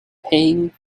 paying